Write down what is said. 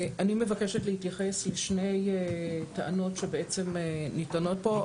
אני מבקשת להתייחס לשתי טענות שנטענות פה.